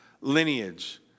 lineage